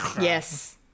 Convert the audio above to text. Yes